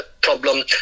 problem